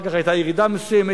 אחר כך היתה ירידה מסוימת.